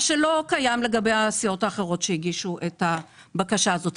מה שלא קיים לגבי הסיעות האחרות שהגישו את הבקשה הזאת.